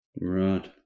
Right